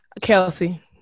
Kelsey